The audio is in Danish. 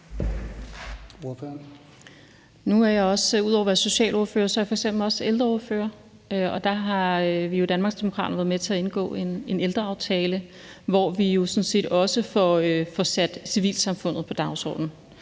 Nu er jeg ud over at være socialordfører f.eks. også ældreordfører, og der har vi jo i Danmarksdemokraterne været med til at indgå en ældreaftale, hvor vi sådan set også får sat civilsamfundet på dagsordenen.